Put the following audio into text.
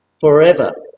forever